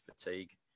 fatigue